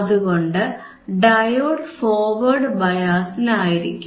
അതുകൊണ്ട് diode forward ബയാസിൽ ആയിരിക്കും